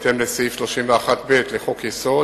החליטה, בהתאם לסעיף 31(ב) לחוק-יסוד: